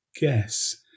guess